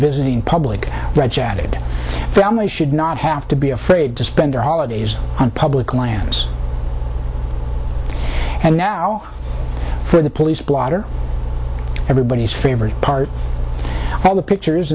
visiting public chatted family should not have to be afraid to spend their holidays on public lands and now for the police blotter everybody's favorite part all the pictures